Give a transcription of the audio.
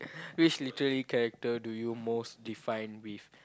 which literary character do you most define with